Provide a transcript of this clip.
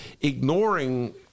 ignoring